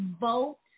vote